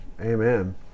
amen